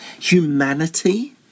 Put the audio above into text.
humanity